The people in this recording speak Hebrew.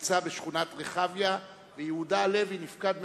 נמצא בשכונת רחביה, ויהודה הלוי, נפקד מקומו,